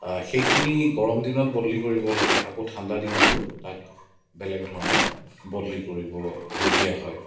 সেইখিনি গৰম দিনত বদলি কৰিব লাগে আকৌ ঠাণ্ডা দিনতো তাক বেলেগ ধৰণে বদলি কৰিবলগীয়া হয়